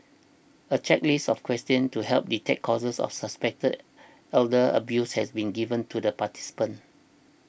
a checklist of questions to help detect cases of suspected elder abuse has been given to the participants